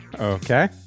Okay